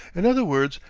in other words,